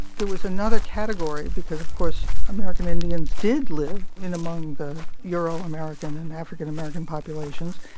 there was another category because, of course, american indians did live in among the euro-american and african american populations.